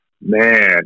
man